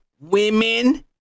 women